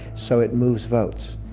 so it moves votes.